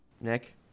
Nick